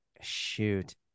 Shoot